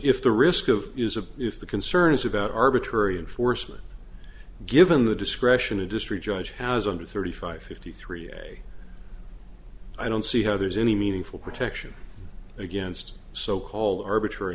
if the risk of is a if the concerns about arbitrary enforcement given the discretion a district judge has under thirty five fifty three i don't see how there's any meaningful protection against so called arbitrary